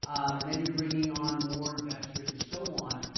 um and then you're bringing on more investors and so on.